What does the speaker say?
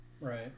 Right